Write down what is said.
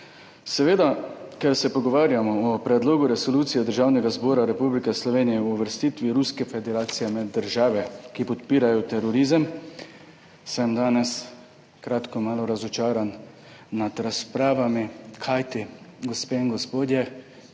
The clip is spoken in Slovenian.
Seveda, ko se pogovarjamo o predlogu resolucije Državnega zbora Republike Slovenije o uvrstitvi Ruske federacije med države, ki podpirajo terorizem, sem danes kratko malo razočaran nad razpravami, kajti, gospe in gospodje,